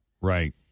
Right